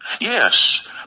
Yes